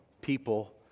People